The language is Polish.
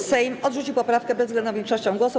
Sejm odrzucił poprawkę bezwzględną większością głosów.